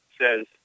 says